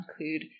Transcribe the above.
include